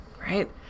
Right